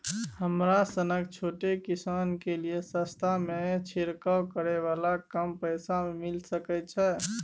हमरा सनक छोट किसान के लिए सस्ता में छिरकाव करै वाला कम पैसा में मिल सकै छै?